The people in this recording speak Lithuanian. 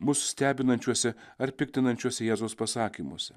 mus stebinančiuose ar piktinančiuose jėzaus pasakymuose